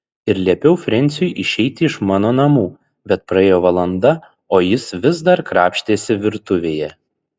ir liepiau frensiui išeiti iš mano namų bet praėjo valanda o jis vis dar krapštėsi virtuvėje